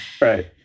right